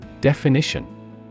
Definition